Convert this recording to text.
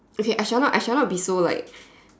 okay I shall not I shall not be so like